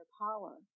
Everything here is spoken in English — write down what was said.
power